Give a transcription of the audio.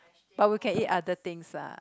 but we can eat other things lah